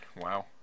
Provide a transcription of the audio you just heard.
Wow